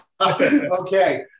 Okay